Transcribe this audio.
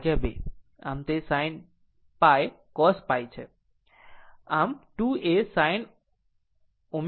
આમ 2 એ sin ω t cos ω t છે